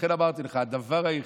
לכן אמרתי לך, הדבר היחיד,